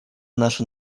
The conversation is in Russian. нашу